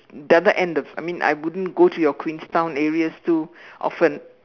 the other end of I mean I wouldn't go to you Queenstown areas too often